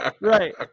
Right